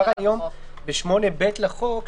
כבר היום בסעיף 8(ב) לחוק,